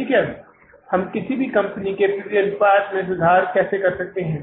ठीक है हम किसी कंपनी के P V अनुपात में सुधार कैसे कर सकते हैं